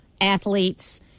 athletes